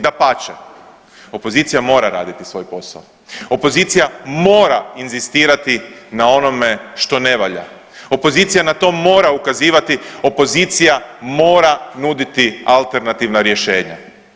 Dapače, opozicija mora raditi svoj posao, opozicija mora inzistirati na onome što ne valja, opozicija na to mora ukazivati, opozicija mora nuditi alternativna rješenja.